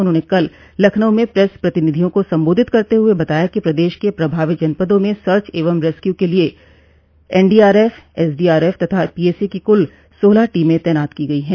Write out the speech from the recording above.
उन्होंने कल लखनऊ में प्रेस प्रतिनिधियों को सम्बोधित करते बताया कि प्रदेश के प्रभावित जनपदों में सर्च एवं रेस्क्यू के लिए एनडीआरएफ एसडीआरएफ तथा पीएसी की कुल सोलह टीमें तैनात की गयी हैं